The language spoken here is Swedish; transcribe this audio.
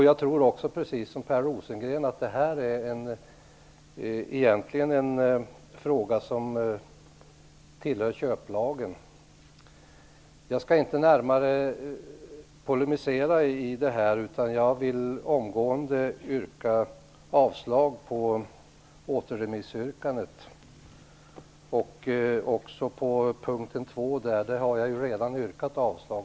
Jag tror precis som Per Rosengren att det här är en fråga som tillhör köplagen. Jag skall inte närmare polemisera i det här ärendet, utan jag vill omgående yrka avslag på återremissyrkandet. På punkt 2 har jag ju redan yrkat avslag.